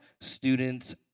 students